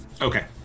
Okay